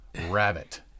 rabbit